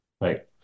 right